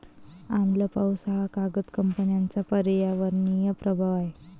आम्ल पाऊस हा कागद कंपन्यांचा पर्यावरणीय प्रभाव आहे